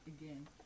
again